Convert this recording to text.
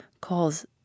calls